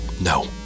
No